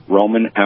Roman